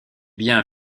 bien